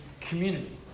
community